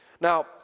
Now